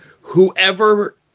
whoever